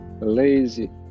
lazy